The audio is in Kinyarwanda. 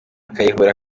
kayihura